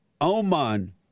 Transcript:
Oman